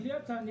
בלי הצעה,